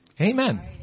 Amen